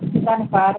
എന്താണ് കാരണം